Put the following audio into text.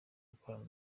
gukorana